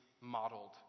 modeled